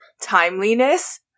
timeliness